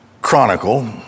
chronicle